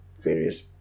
various